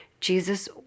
Jesus